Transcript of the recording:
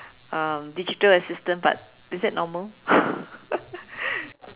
um digital assistant but is that normal